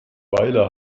weile